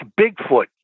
Bigfoot